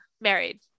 married